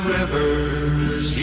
rivers